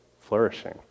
flourishing